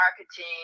marketing